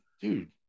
dude